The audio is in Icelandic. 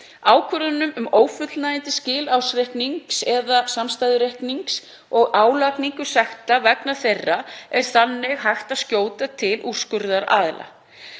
Ákvarðanir um ófullnægjandi skil ársreiknings eða samstæðureiknings og álagningu sekta vegna þeirra er þannig hægt að skjóta til úrskurðaraðila.